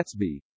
Gatsby